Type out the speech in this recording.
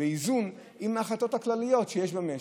באיזון עם ההחלטות הכלליות שיש במשק.